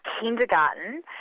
kindergarten